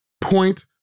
Point